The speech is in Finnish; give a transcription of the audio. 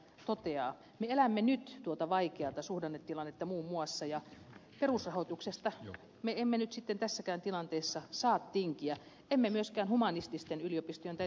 me elämme nyt tuota vaikeata suhdannetilannetta muun muassa ja perusrahoituksesta me emme nyt sitten tässäkään tilanteessa saa tinkiä myöskään humanististen yliopistojen tai taideyliopistojen kohdalla